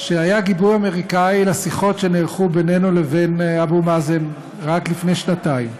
שהיה גיבוי אמריקני לשיחות שנערכו בינינו לבין אבו מאזן רק לפני שנתיים.